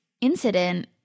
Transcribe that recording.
incident